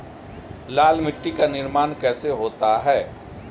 लाल मिट्टी का निर्माण कैसे होता है?